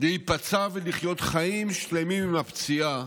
להיפצע ולחיות חיים שלמים עם הפציעה,